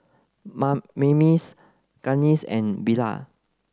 Maymie Gaines and Bella